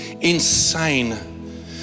Insane